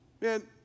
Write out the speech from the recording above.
Man